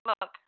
look